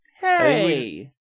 Hey